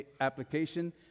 application